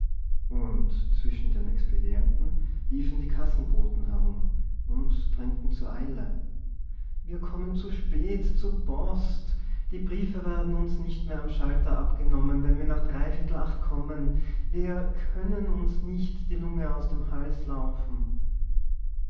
und zwischen den expedienten liefen die kassenboten herum und drängten zur eile wir kommen zu spät zur post die briefe werden uns nicht mehr am schalter abgenommen wenn wir nach dreiviertel acht kommen wir können uns nicht die lunge aus dem hals laufen